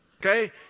Okay